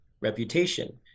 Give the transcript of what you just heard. reputation